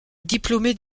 diplômé